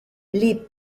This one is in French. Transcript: les